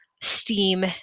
steam-